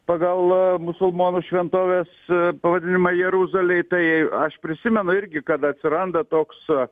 pagal musulmonų šventovės pavadinimą jeruzalėj tai aš prisimenu irgi kad atsiranda toks